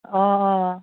অঁ অঁ